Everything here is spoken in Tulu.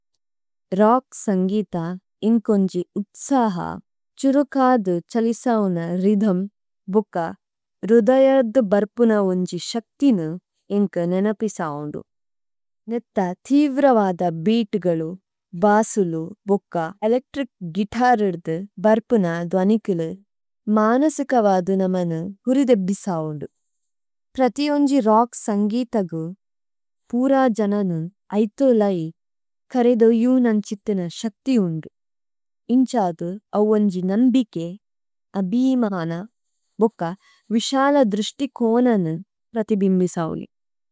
ഓച്ക് സന്ഗിത ഇന്കോന്ജി ഉത്സഹ, ഛുരുകദു ഛലിസവുന് ര്ഹ്യ്ഥ്മ്, ബുക്ക, രുദയദ്ദ ബര്പുന ഉന്ജി ശക്തിനു ഇന്കു നിനപിസവുദു। നിഥ ഥിവ്രവദ ബേഅത്സ്, വസുലു, ബുക്ക, ഏലേത്രിച് ഗിതരിദ്ദ ബര്പുന ദനികലു, മനസിക് വാദു നമനു ഉരിദേബ്ബിസവുദു। പ്രഥിയോന്ജി രോച്ക് സന്ഗിതഗു, പുര ജനനു അയ്ഥോലൈ കരേദോയുന ഛിത്തിന ശക്തിയുന്ദു। ഇന്ഛദു, അവോന്ജി നമ്ബികേ, അഭിയിമന, ബുക്ക, വിശല് ദ്രിശ്തി കോന പ്രതിബിന്ദു സവനു।